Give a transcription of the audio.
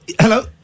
Hello